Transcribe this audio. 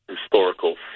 historical